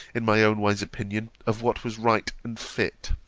in my own wise opinion, of what was right and fit.